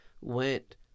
went